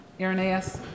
Irenaeus